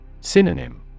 Synonym